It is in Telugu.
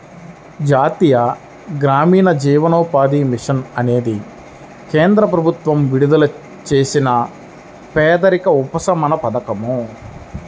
జాతీయ గ్రామీణ జీవనోపాధి మిషన్ అనేది కేంద్ర ప్రభుత్వం విడుదల చేసిన పేదరిక ఉపశమన పథకం